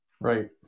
Right